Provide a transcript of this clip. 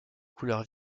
couleurs